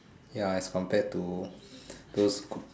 ya is compared to those co